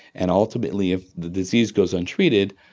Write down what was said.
and ultimately if the disease goes untreated,